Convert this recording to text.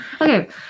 Okay